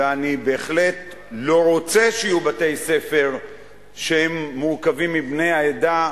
ואני בהחלט לא רוצה שיהיו בתי-ספר שהם מורכבים מבני העדה,